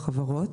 החברות)